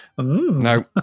no